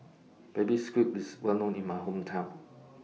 Baby Squid IS Well known in My Hometown